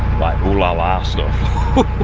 ooh la la stuff.